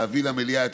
להביא למליאה,